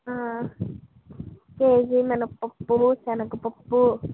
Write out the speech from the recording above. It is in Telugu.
కేజీ మినపప్పు సెనగపప్పు